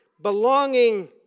belonging